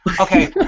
Okay